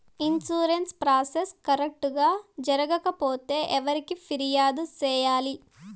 insurance process correct గా జరగకపోతే ఎవరికి ఫిర్యాదు సేయాలి